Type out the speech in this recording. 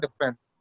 difference